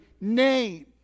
name